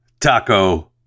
taco